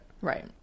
Right